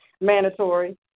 mandatory